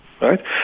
right